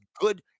good